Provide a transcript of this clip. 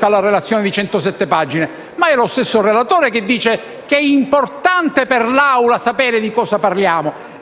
alla relazione di 107 pagine. Ma è lo stesso relatore che dice che è importante per l'Assemblea sapere di cosa parliamo.